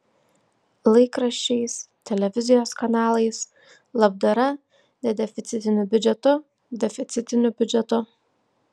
laikraščiais televizijos kanalais labdara nedeficitiniu biudžetu deficitiniu biudžetu